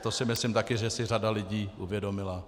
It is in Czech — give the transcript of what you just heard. To si myslím také, že si řada lidí uvědomila.